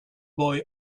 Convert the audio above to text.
boy